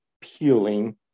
peeling